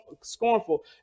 scornful